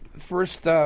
first